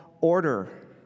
order